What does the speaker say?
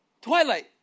Twilight